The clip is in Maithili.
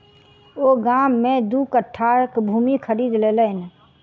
ओ गाम में दू कट्ठा भूमि खरीद लेलैन